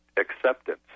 acceptance